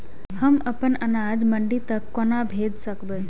हम अपन अनाज मंडी तक कोना भेज सकबै?